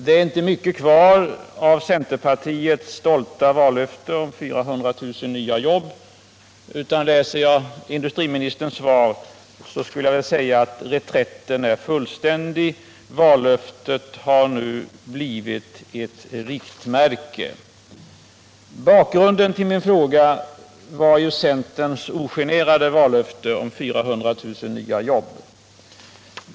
Det är inte mycket kvar av centerpartiets stolta vallöfte om 400 000 nya jobb, utan läser jag industriministerns svar 163 skulle jag vilja säga att reträtten är fullständig: vallöftet har nu blivit ett riktmärke. Bakgrunden till min fråga var centerns ogenerade vallöfte om 400 000 nya jobb.